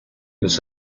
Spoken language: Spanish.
los